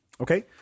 Okay